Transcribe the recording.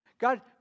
God